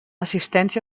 assistència